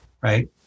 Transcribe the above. right